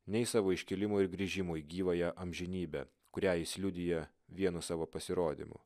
nei savo iškilimo ir grįžimo į gyvąją amžinybę kurią jis liudija vienu savo pasirodymu